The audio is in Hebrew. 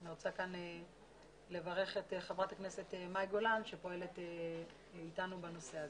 אני רוצה לברך את חברת הכנסת מאי גולן שפועלת אתנו בנושא הזה.